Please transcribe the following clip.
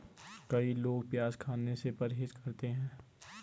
कई लोग प्याज खाने से परहेज करते है